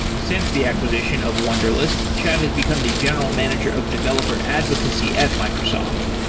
since the acquisition of wunderlist, chad has become the general manager of developer advocacy at microsoft.